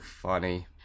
funny